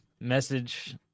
message